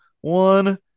one